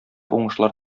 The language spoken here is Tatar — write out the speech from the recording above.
уңышлар